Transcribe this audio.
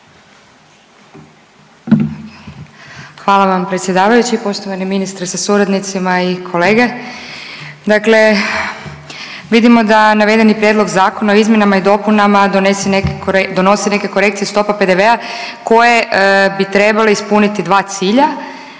Hvala vam predsjedavajući, poštovani ministre sa suradnicima i kolege. Dakle, vidimo da navedeni Prijedlog zakona o izmjenama i dopunama donesi neke korekcije stopa PDV-a koje bi trebale ispuniti dva cilja,